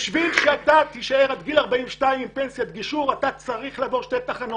בשביל שאתה תישאר עד גיל 42 עם פנסיית גישור אתה צריך לעבור שתי תחנות.